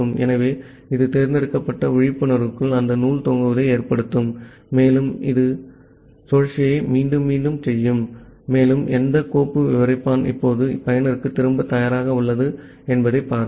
ஆகவே இது தேர்ந்தெடுக்கப்பட்ட விழிப்புணர்வுக்குள் அந்த நூல் தூங்குவதை ஏற்படுத்தும் மேலும் இது மேலே உள்ள சுழற்சியை மீண்டும் மீண்டும் செய்யும் மேலும் எந்த கோப்பு விவரிப்பான் இப்போது பயனருக்குத் திரும்பத் தயாராக உள்ளது என்பதைப் பார்க்கும்